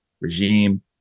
regime